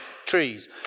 trees